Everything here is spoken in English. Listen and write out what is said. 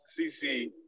CC